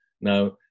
Now